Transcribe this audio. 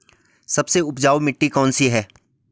सबसे उपजाऊ मिट्टी कौन सी है?